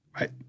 right